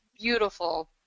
beautiful